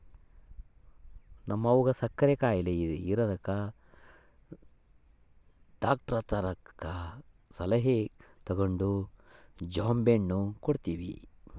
ನಮ್ವಗ ಸಕ್ಕರೆ ಖಾಯಿಲೆ ಇರದಕ ಡಾಕ್ಟರತಕ ಸಲಹೆ ತಗಂಡು ಜಾಂಬೆಣ್ಣು ಕೊಡ್ತವಿ